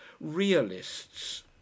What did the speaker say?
realists